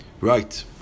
Right